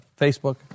Facebook